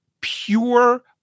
pure